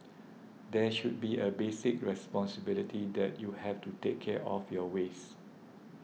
there should be a basic responsibility that you have to take care of your waste